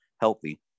healthy